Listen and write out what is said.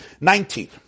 Nineteen